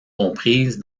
comprise